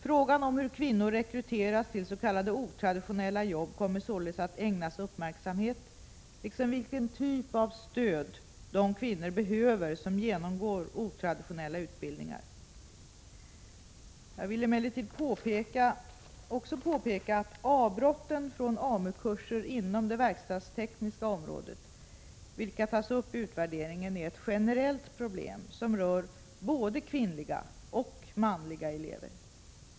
Frågan om hur kvinnor rekryteras till s.k. otraditionella jobb kommer således att ägnas uppmärksamhet, liksom vilken typ av stöd de kvinnor behöver som genomgår otraditionella utbildningar. Jag vill emellertid också påpeka att avbrotten från AMU-kurser inom det verkstadstekniska området, vilka tas upp i utvärderingen, är ett generellt problem som rör både kvinnliga och manliga elever.